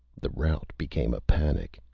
the rout became a panic.